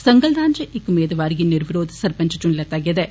संगलदान च इक मेदवार गी निरविरोध सरपंच चुनी लैता गेआ ऐ